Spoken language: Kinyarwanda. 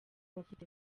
bafite